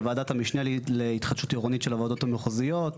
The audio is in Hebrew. לוועדת המשנה להתחדשות עירונית של הוועדות המחוזיות.